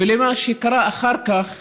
ולמה אחר כך,